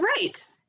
Right